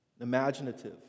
imaginative